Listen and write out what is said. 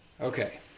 Okay